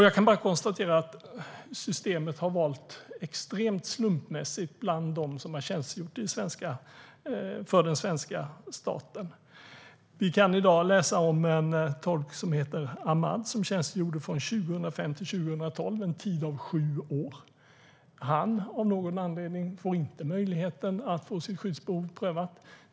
Jag kan bara konstatera att systemet har varit extremt slumpmässigt bland dem som har tjänstgjort för den svenska staten. Vi kan i dag läsa om en tolk som heter Ahmad. Han tjänstgjorde från 2005 till 2012, alltså i sju år. Han får av någon anledning inte möjligheten att få sitt skyddsbehov prövat.